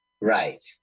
Right